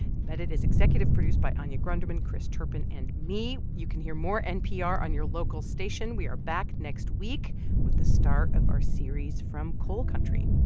embedded is executive produced by anya grundmann, chris turpin and me. you can hear more npr on your local station. we are back next week with the star of our series from coal country